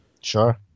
Sure